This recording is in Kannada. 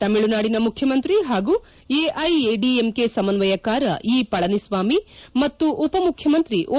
ತಮಿಳುನಾಡಿನ ಮುಖ್ಯಮಂತ್ರಿ ಹಾಗೂ ಎಐಎಡಿಎಂಕೆ ಸಮಸ್ವಯಕಾರ ಇ ಪಳನಿಸ್ವಾಮಿ ಹಾಗೂ ಉಪಮುಖ್ಯಮಂತ್ರಿ ಓ